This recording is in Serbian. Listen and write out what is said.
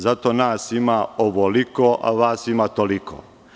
Zato nas ima ovoliko, a vas ima toliko.